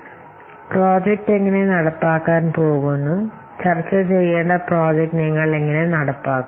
ഇവിടെ പ്രോജക്റ്റ് എങ്ങനെ നടപ്പാക്കാൻ പോകുന്നു ചർച്ച ചെയ്യേണ്ട പ്രോജക്റ്റ് നിങ്ങൾ എങ്ങനെ നടപ്പാക്കും